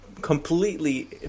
completely